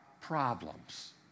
Problems